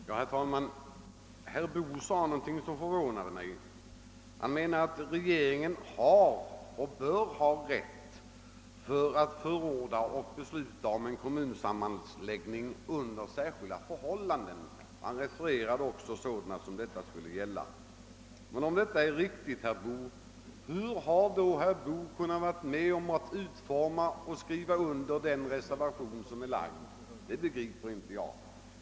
Herr talman! Herr Boo sade någonting som förvånade mig. Han menar att regeringen har och bör ha rätt att besluta och förordna om en kommunsammanläggning under särskilda förhållanden. Han refererade också några fall där detta skulle gälla. Men hur har herr Boo, om detta är riktigt, kunnat vara med om att utforma och skriva under reservationen? Det begriper jag inte!